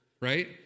right